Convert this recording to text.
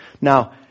Now